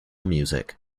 music